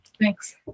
Thanks